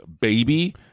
baby